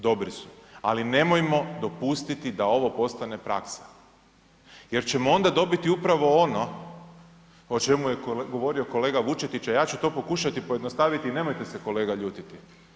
Dobri su, ali nemojmo dopustiti da ovo postane praksa jer ćemo onda dobiti upravo ono o čemu je govorio kolega Vučetić, a ja ću to pokušati pojednostaviti i nemojte se kolega ljutiti.